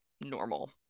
normal